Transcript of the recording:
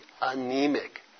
Anemic